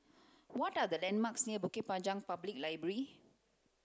what are the landmarks near Bukit Panjang Public Library